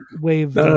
wave